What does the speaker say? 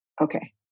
Okay